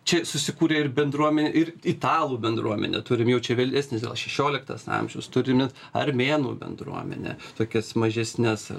čia susikūrė ir bendruomenė ir italų bendruomenė turim jau čia vėlesnis gal šešioliktas amžius turim net armėnų bendruomenę tokias mažesnes